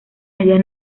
medidas